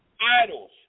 idols